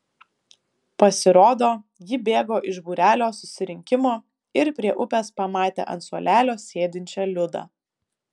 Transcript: pasirodo ji bėgo iš būrelio susirinkimo ir prie upės pamatė ant suolelio sėdinčią liudą